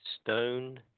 stone